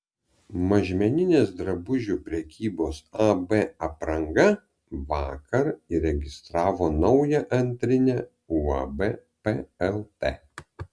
mažmeninės drabužių prekybos ab apranga vakar įregistravo naują antrinę uab plt